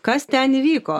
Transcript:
kas ten įvyko